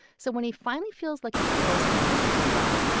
so when he finally feels like he is close enough to being done,